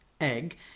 egg